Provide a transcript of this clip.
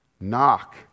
Knock